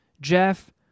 Jeff